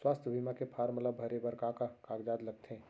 स्वास्थ्य बीमा के फॉर्म ल भरे बर का का कागजात ह लगथे?